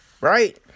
Right